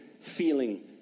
feeling